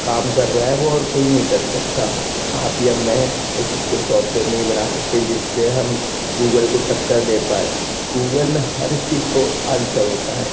काम कर रहा है वो और कोई नहीं कर सकता आप या मैं ऐसी कोई सॉफ्टवेयर नहीं बना सकते जिससे हम गूगल को टक्कर दे पाएं गूगल में हर चीज को आन्सर होता है